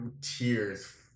tears